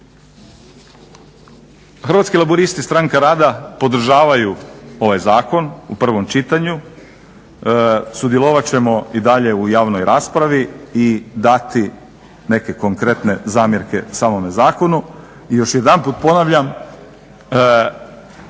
Hrvatski laburisti – Stranka rada podržavaju ovaj zakon u prvom čitanju. Sudjelovat ćemo i dalje u javnoj raspravi i dati neke konkretne zamjerke samome zakonu. I još jedan puta ponavljam